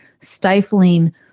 stifling